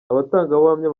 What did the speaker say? abatangabuhamya